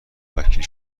وکیل